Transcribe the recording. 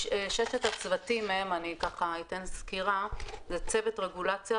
ששת הצוותים כוללים צוות רגולציה,